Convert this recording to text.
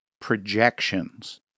projections